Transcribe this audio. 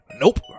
Nope